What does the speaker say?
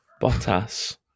Bottas